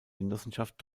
genossenschaft